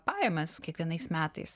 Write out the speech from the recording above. pajamas kiekvienais metais